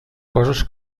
coses